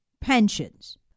pensions